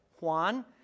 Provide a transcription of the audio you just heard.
Juan